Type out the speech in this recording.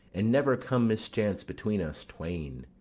and never come mischance between us twain!